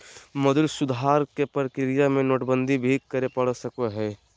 मौद्रिक सुधार के प्रक्रिया में नोटबंदी भी करे पड़ सको हय